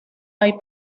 hay